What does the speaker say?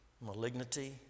malignity